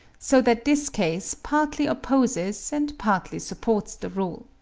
so that this case partly opposes and partly supports the rule.